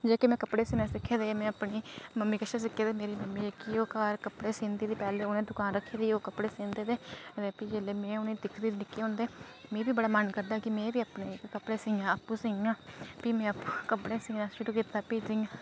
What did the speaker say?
जेह्के में कपड़े सीने सिक्खे दे में अपने मम्मी कशा सिक्खे दे ते मेरी जेह्की मम्मी ओह् कपड़े सीदी घर ते उनें दुकान रक्खी दी ते ओह् कपड़े सीदे ते भी जेल्लै में उनेंगी दिखदी निक्के होंदे ते मेरा बी बड़ा मन करदा हा में बी अपने कपड़े सीआं भी में आपूं कपड़े सीना शुरू कीता भी